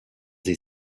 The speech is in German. sie